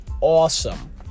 awesome